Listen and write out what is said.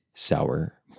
sour